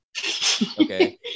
okay